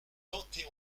tenter